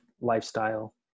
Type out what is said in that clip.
lifestyle